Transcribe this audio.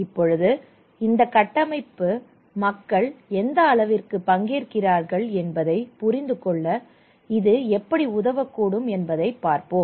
இப்பொழுது இந்த கட்டமைப்பு மக்கள் எந்த அளவிற்கு பங்கேற்கிறார்கள் என்பதை புரிந்துகொள்ள இது எப்படி உதவக்கூடும் என்பதை பார்ப்போம்